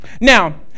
Now